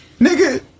nigga